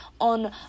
on